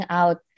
out